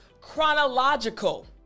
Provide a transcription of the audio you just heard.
chronological